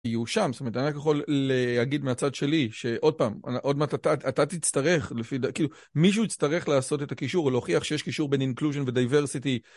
יהיו שם, זאת אומרת, אני יכול להגיד מהצד שלי שעוד פעם, עוד מעט אתה תצטרך לפי, כאילו, מישהו יצטרך לעשות את הקישור או להוכיח שיש קישור בין inclusion וdiversity.